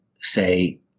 say